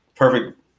Perfect